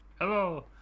hello